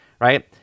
right